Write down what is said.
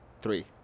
Three